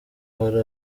hari